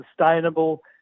sustainable